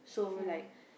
ya